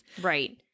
Right